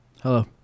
Hello